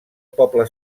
poble